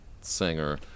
singer